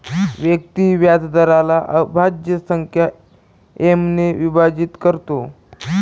व्यक्ती व्याजदराला अभाज्य संख्या एम ने विभाजित करतो